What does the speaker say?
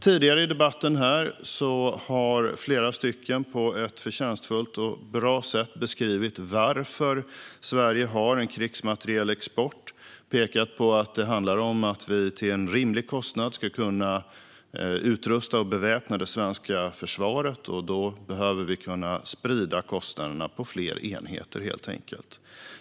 Tidigare i debatten har flera på ett förtjänstfullt och bra sätt beskrivit varför Sverige har en krigsmaterielexport. De har pekat på att det handlar om att vi till en rimlig kostnad ska kunna utrusta och beväpna det svenska försvaret. Då behöver vi kunna sprida kostnaderna på fler enheter, helt enkelt.